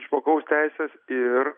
žmogaus teisės ir